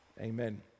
Amen